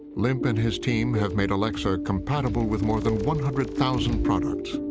limp and his team have made alexa compatible with more than one hundred thousand products.